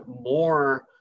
more